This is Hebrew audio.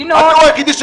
ינון, אתה רוצה ינון?